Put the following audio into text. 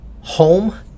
home